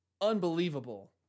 unbelievable